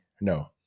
No